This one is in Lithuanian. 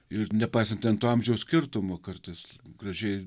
ir nepaisant ten to amžiaus skirtumo kartais gražiai